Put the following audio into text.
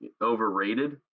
overrated